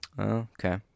Okay